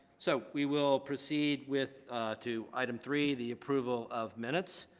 so we will proceed with to item three the approval of minutes